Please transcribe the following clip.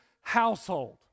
household